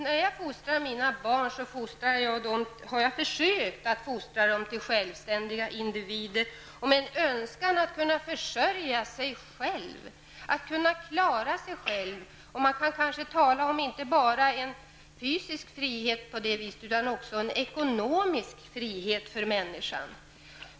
När jag fostrar mina barn, har jag försökt att fostra dem till självständiga individer med en önskan att kunna försörja sig själva, att kunna klara sig själva. Man kan kanske på det viset tala om inte bara en fysisk frihet utan också en ekonomisk frihet för människan.